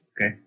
okay